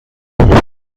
خونه